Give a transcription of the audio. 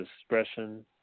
expression